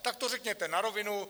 Tak to řekněte na rovinu.